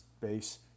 base